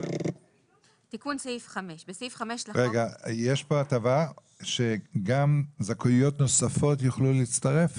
יש פה הטבה שגם זכויות נוספות יוכלו להצטרף?